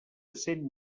cent